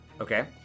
Okay